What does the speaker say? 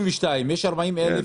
אחרי 32, יש למעלה 40 אלף.